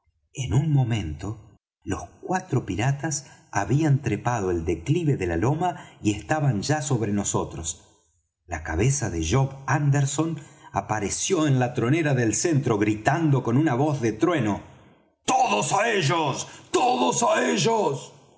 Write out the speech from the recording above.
en un momento los cuatro piratas habían trepado el declive de la loma y estaba ya sobre nosotros la cabeza de job anderson apareció en la tronera del centro gritando con una voz de trueno todos á ellos todos á ellos